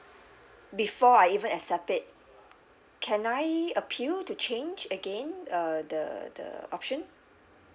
before I even accept it can I appeal to change again uh the the option